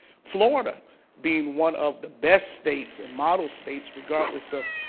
florida being one of the best states and model states regardless of,